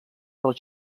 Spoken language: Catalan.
dels